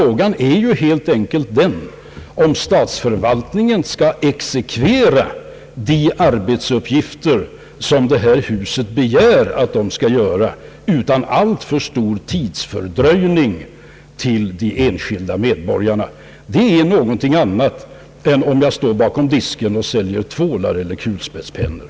Problemet är rätt och slätt om statsförvaltningen skall kunna exekvera de arbetsuppgifter, som vi här i huset begär att man skall exekvera, utan alltför stor tidsfördröjning för de enskilda medborgarna. Det är någonting annat än att stå bakom disken och sälja tvålar eller kulspetspennor.